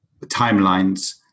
timelines